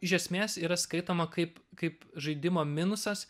iš esmės yra skaitoma kaip kaip žaidimo minusas